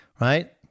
right